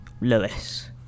Lewis